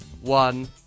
one